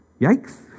yikes